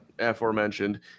aforementioned